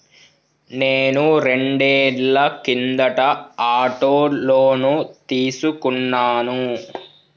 నేను రెండేళ్ల కిందట ఆటో లోను తీసుకున్నాను